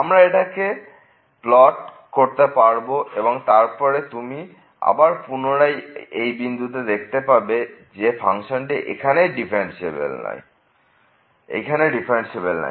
আমরা এটাকে প্লট করতে পারব এবং তারপরে তুমি আবার পুনরায় এই বিন্দুতে দেখতে পাবে যে ফাংশনটি এইখানে ডিফারেন্সিএবেল নয়